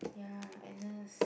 ya Agnes